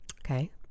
Okay